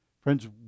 Friends